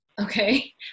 Okay